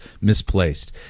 misplaced